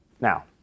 Now